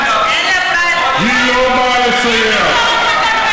היא לא באה לסייע.